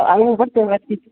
આવવું પડશે